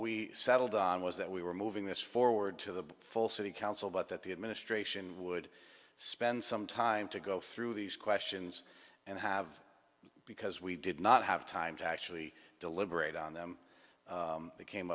we settled on was that we were moving this forward to the full city council but that the administration would spend some time to go through these questions and have because we did not have time to actually deliberate on them they came